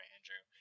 Andrew